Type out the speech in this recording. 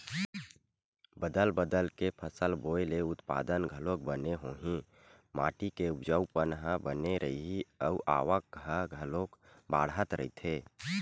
बदल बदल के फसल बोए ले उत्पादन घलोक बने होही, माटी के उपजऊपन ह बने रइही अउ आवक ह घलोक बड़ाथ रहीथे